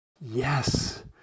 Yes